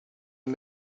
you